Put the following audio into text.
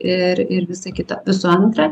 ir ir visa kita visų antra